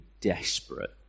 desperate